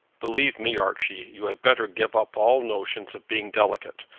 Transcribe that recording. believe me, archie, you had better give up all notions of being delicate,